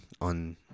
on